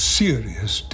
serious